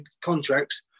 contracts